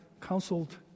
counseled